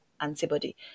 antibody